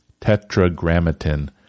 tetragrammaton